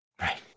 Right